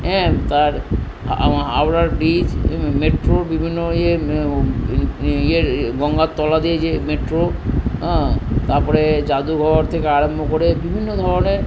হ্যাঁ তার হাওড়ার ব্রিজ মেট্রোর বিভিন্ন ইয়ে গঙ্গার তলা দিয়ে যে মেট্রো হ্যাঁ তারপরে জাদুঘর থেকে আরম্ভ করে বিভিন্ন ধরনের